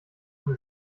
man